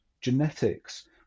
genetics